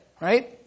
right